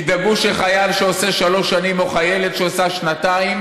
ידאגו שחייל שעושה שלוש שנים או חיילת שעושה שנתיים